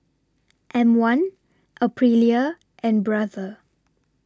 M one Aprilia and Brother